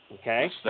Okay